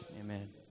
Amen